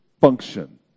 function